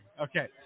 Okay